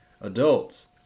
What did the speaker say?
adults